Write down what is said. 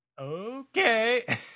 okay